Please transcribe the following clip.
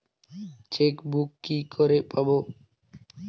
Chequebook কি করে পাবো?